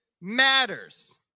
matters